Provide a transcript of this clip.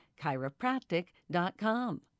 chiropractic.com